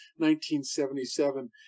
1977